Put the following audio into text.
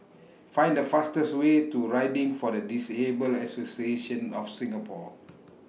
Find The fastest Way to Riding For The Disabled Association of Singapore